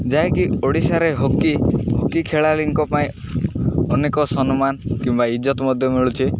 ଯାଇକି ଓଡ଼ିଶାରେ hockey hockey ଖେଳାଳିଙ୍କ ପାଇଁ ଅନେକ ସମ୍ମାନ କିମ୍ବା ଇଜ୍ଜତ ମଧ୍ୟ ମିଳୁଛି